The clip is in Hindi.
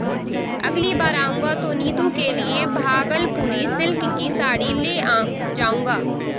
अगली बार आऊंगा तो नीतू के लिए भागलपुरी सिल्क की साड़ी ले जाऊंगा